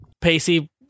Pacey